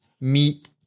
meet